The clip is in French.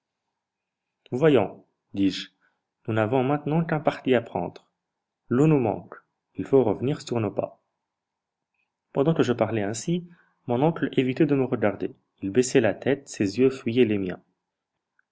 voyons dis-je nous n'avons maintenant qu'un parti à prendre l'eau nous manque il faut revenir sur nos pas pendant que je parlais ainsi mon oncle évitait de me regarder il baissait la tête ses yeux fuyaient les miens